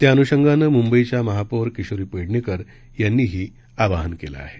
त्याअनुषंगानं मुंबईच्या महापौर किशोरी पेडणेकर यांनीही आवाहन केलं आहे